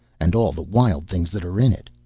and all the wild things that are in it.